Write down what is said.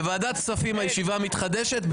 בוועדת כספים הישיבה מתחדשת.